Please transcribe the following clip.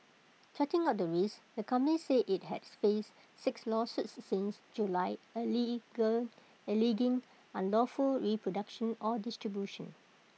charting out the risks the company said IT had faced six lawsuits since July allege alleging unlawful reproduction or distribution